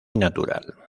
natural